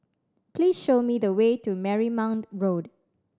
please show me the way to Marymount Road